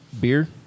beer